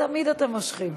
תודה.